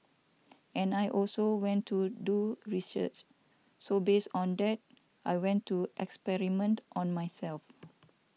and I also went to do research so based on that I went to experiment on myself